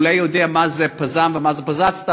הוא אולי יודע מה זה פז"ם ומה זה פזצט"א,